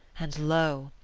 and lo,